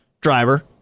driver